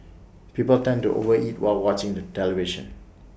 people tend to over eat while watching the television